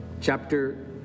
Chapter